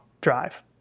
drive